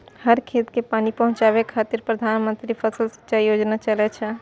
हर खेत कें पानि पहुंचाबै खातिर प्रधानमंत्री फसल सिंचाइ योजना चलै छै